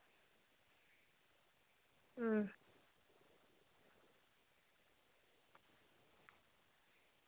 अं